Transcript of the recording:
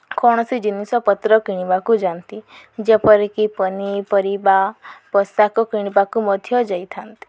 କୌଣସି ଜିନିଷ ପତ୍ର କିଣିବାକୁ ଯାଆନ୍ତି ଯେପରିକି ପନିପରିବା ପୋଷାକ କିଣିବାକୁ ମଧ୍ୟ ଯାଇଥାନ୍ତି